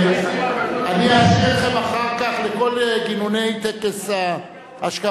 אני אשאיר אתכם אחר כך לכל גינוני טקס האשכבה.